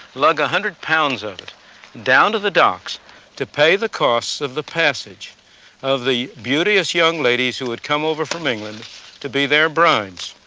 lug one hundred pounds of it down to the docks to pay the costs of the passage of the beauteous young ladies, who had come over from england to be their brides.